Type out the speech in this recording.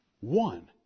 One